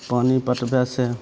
पानि पटबइसँ